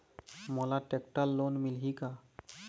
मोला tractor loan मिलही का?